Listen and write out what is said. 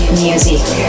music